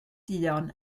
duon